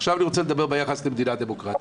עכשיו אני רוצה לדבר ביחס למדינה דמוקרטית.